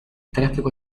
tráfico